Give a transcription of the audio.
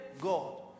God